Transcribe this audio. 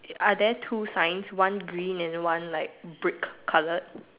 are there two signs one green and one like brick colored